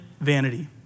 vanity